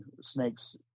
snakes